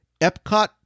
epcot